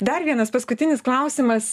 dar vienas paskutinis klausimas